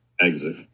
exit